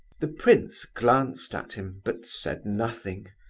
the prince glanced at him, but said nothing.